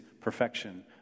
perfection